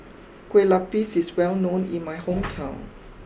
Kue Lupis is well known in my hometown